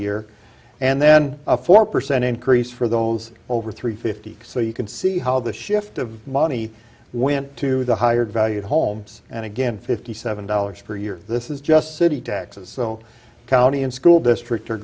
year and then a four percent increase for those over three fifty so you can see how the shift of money went to the higher value of homes and again fifty seven dollars per year this is just city taxes so county and school district